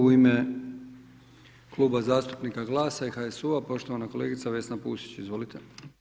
U ime Kluba zastupnika GLAS-a i HSU-a poštovana kolegica Vesna Pusić, izvolite.